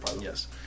Yes